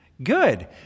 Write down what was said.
Good